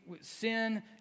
sin